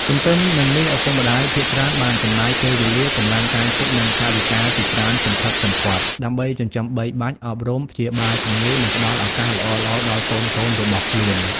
ទទ្ទឹមនឹងនេះ ឪពុកម្ដាយភាគច្រើនបានចំណាយពេលវេលា កម្លាំងកាយចិត្ត និងថវិកាជាច្រើនសន្ធឹកសន្ធាប់ ដើម្បីចិញ្ចឹមបីបាច់ អប់រំ ព្យាបាលជំងឺ និងផ្ដល់ឱកាសល្អៗដល់កូនៗរបស់ខ្លួន។